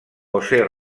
josé